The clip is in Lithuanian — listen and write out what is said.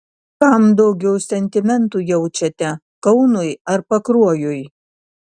kam daugiau sentimentų jaučiate kaunui ar pakruojui